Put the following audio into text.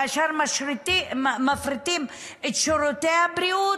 כאשר מפריטים את שירותי הבריאות,